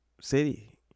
city